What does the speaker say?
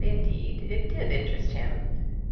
indeed, it did interest him